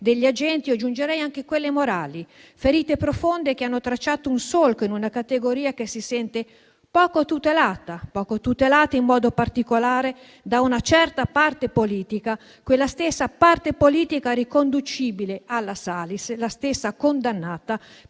degli agenti aggiungerei anche quelle morali; ferite profonde che hanno tracciato un solco in una categoria che si sente poco tutelata in modo particolare da una certa parte politica, quella stessa parte politica riconducibile alla Salis, la stessa condannata per